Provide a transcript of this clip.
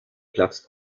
platzt